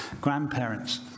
grandparents